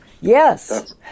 Yes